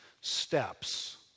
steps